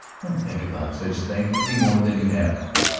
don't think about such things any more than you have to.